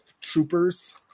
Troopers